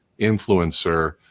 influencer